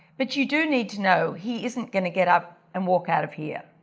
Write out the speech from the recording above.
but you do need to know he isn't going to get up and walk out of here.